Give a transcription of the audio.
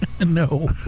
No